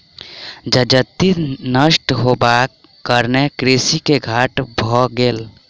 जजति नष्ट होयबाक कारणेँ कृषक के घाटा भ गेलै